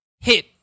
hit